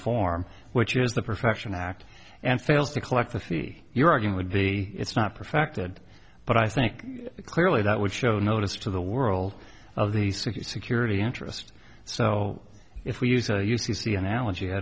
form which has the profession act and fails to collect the fee you're arguing would be it's not perfected but i think clearly that would show notice to the world of the city security interest so if we use a u c c analogy i